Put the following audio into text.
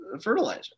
fertilizer